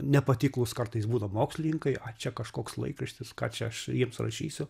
nepatiklūs kartais būna mokslininkai o čia kažkoks laikraštis ką čia aš jiems rašysiu